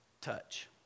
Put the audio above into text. touch